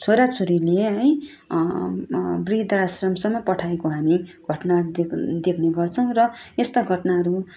छोरा छोरीले है वृद्धाश्रमसम्म पठाएको हामी घटना देख् देख्ने गर्छौँ र यस्ता घटनाहरू